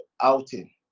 outing